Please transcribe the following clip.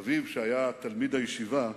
אביו, שהיה תלמיד הישיבה,